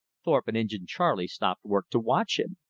thorpe and injin charley stopped work to watch him.